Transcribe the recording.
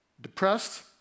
depressed